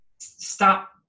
stop